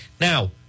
Now